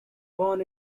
born